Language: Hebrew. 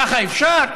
ככה אפשר?